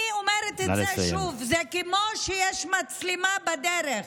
אני אומרת את זה שוב: זה כמו שיש מצלמה בדרך,